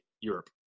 Europe